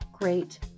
great